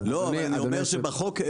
אני אומר שבחוק,